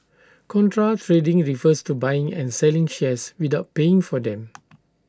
contra trading refers to buying and selling shares without paying for them